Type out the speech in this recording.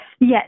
Yes